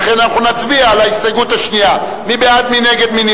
32 בעד, 55 נגד, אין